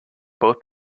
both